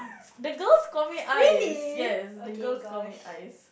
the girls call me Ais yes the girls call me Ais